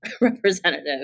representative